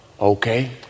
okay